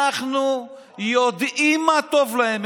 אנחנו יודעים מה טוב להם,